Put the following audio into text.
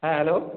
হ্যাঁ হ্যালো